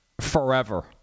forever